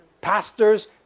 pastors